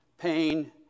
pain